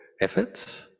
efforts